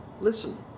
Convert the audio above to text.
listen